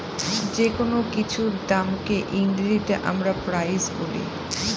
যেকোনো কিছুর দামকে ইংরেজিতে আমরা প্রাইস বলি